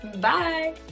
Bye